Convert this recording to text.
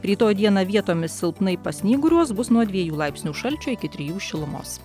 rytoj dieną vietomis silpnai pasnyguriuos bus nuo dviejų laipsnių šalčio iki trijų šilumos